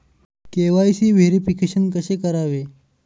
KYC verification कसे करावे?